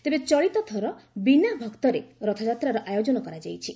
ତେବେ ଚଳିତ ଥର ବିନା ଭକ୍ତରେ ରଥଯାତ୍ରାର ଆୟୋଜନ କରାଯାଇଛି